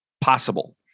possible